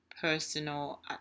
personal